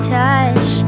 touch